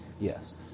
Yes